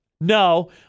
no